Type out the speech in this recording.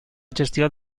gestió